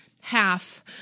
half